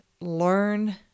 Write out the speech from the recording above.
learn